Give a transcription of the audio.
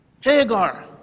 Hagar